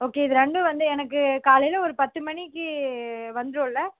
okay இது ரெண்டும் வந்து எனக்கு காலையில் ஒரு பத்து மணிக்கு வந்திரும்ல